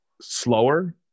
slower